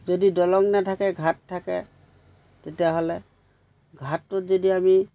যদি দলং নাথাকে ঘাট থাকে তেতিয়াহ'লে ঘাটটোত যদি আমি